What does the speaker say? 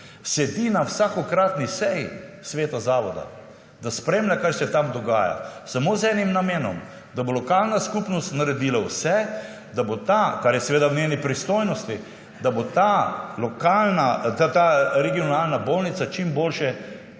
sedi na vsakokratni seji Sveta zavoda, da spremlja, kaj se tam dogaja, samo z enim namenom, da bo lokalna skupnost naredila vse, da bo ta, kar je seveda v njeni pristojnosti, da bo ta lokalna, ta regionalna bolnica čim boljše